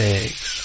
eggs